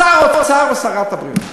שר האוצר ושרת הבריאות.